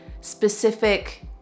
specific